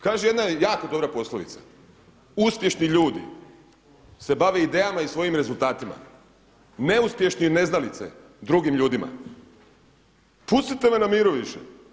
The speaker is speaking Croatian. Kaže jedna jako dobra poslovica: „Uspješni ljudi se bave idejama i svojim rezultatima, neuspješni i neznalice drugim ljudima.“ Pustite me na miru više!